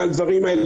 ועל הדברים האלה.